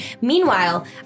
Meanwhile